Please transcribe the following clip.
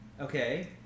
Okay